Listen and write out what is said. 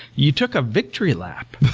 you took a victory lap.